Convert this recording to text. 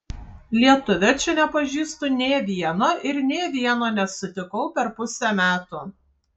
lietuvio čia nepažįstu nė vieno ir nė vieno nesutikau per pusę metų